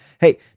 Hey